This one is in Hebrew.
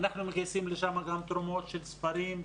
אנחנו מגייסים לשם גם תרומות של ספרים,